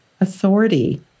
authority